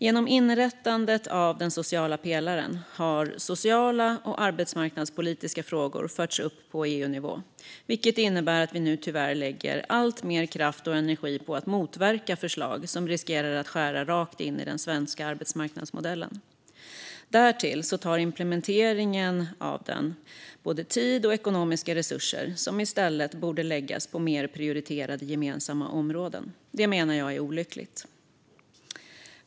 Genom inrättandet av den sociala pelaren har sociala och arbetsmarknadspolitiska frågor förts upp på EU-nivå, vilket innebär att vi nu tyvärr måste lägga alltmer kraft och energi på att motverka förslag som riskerar att skära rakt in i den svenska arbetsmarknadsmodellen. Därtill tar implementeringen av den sociala pelaren tid och ekonomiska resurser som i stället borde läggas på mer prioriterade gemensamma områden. Det menar jag är olyckligt.